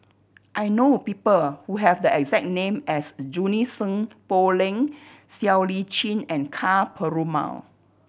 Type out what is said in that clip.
I know a people who have the exact name as Junie Sng Poh Leng Siow Lee Chin and Ka Perumal